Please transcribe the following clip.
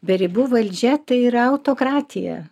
be ribų valdžia tai yra autokratija